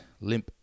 Limp